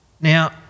Now